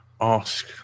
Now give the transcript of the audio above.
ask